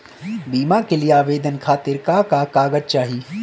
बीमा के लिए आवेदन खातिर का का कागज चाहि?